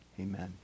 amen